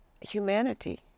Humanity